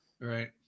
Right